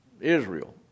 Israel